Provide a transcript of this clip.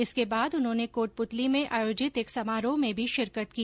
इसके बाद उन्होने कोटपुतली में आयोजित एक समारोह में भी शिरकत की